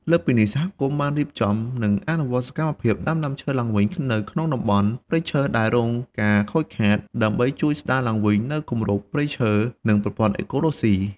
លើសពីនេះ សហគមន៍បានរៀបចំ និងអនុវត្តសកម្មភាពដាំដើមឈើឡើងវិញនៅក្នុងតំបន់ព្រៃឈើដែលរងការខូចខាត ដើម្បីជួយស្ដារឡើងវិញនូវគម្របព្រៃឈើ និងប្រព័ន្ធអេកូឡូស៊ី។